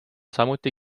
samuti